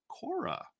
Cora